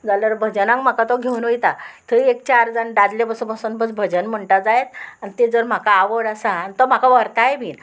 जाल्यार भजनाक म्हाका तो घेवन वयता थंय एक चार जाण दादले बसो बसोन बस भजन म्हणटा जायत आनी तें जर म्हाका आवड आसा आनी तो म्हाका व्हरताय बीन